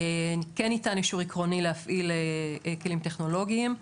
כן ניתן אישור עקרוני להפעיל כלים טכנולוגיים,